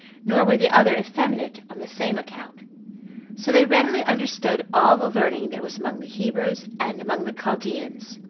nor were the other effeminate on the same account so they readily understood all the learning that was among the hebrews, and among the chaldeans,